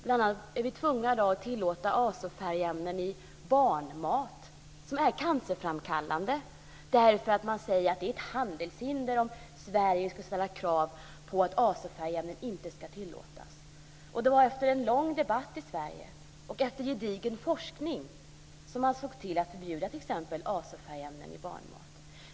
Bl.a. är vi tvungna att i dag tillåta azo-färgämnen, som är cancerframkallande, i barnmat därför att man säger att det är ett handelshinder om Sverige skulle ställa krav på att azo-färgämnen inte ska tillåtas. Och det var efter en lång debatt i Sverige och efter gedigen forskning som man såg till att förbjuda t.ex. azofärgämnen i barnmat.